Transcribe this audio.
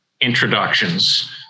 introductions